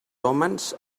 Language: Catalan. hòmens